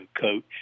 coach